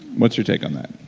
what's your take on that?